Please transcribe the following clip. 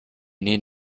need